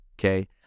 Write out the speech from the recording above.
Okay